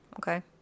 okay